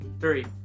three